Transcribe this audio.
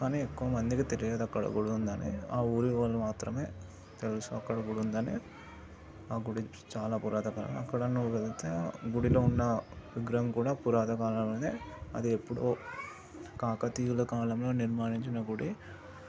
కానీ ఎక్కువ మందికి తెలియదు అక్కడ గుడి ఉందని ఆ ఊరి వాళ్ళుకు మాత్రమే తెలుసు అక్కడ గుడి ఉందని ఆ గుడి చాలా పురాతక అక్కడ నువ్వు వెళ్తే గుడిలో ఉన్న విగ్రహం కూడా పురాతన కాలమైనదే అది ఎప్పుడో కాకతీయ కాలంలో నిర్మానించిన గుడి